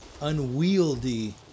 unwieldy